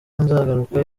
nzagaruka